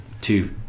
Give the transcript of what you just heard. two